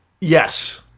Yes